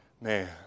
man